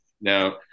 now